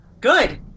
Good